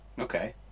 Okay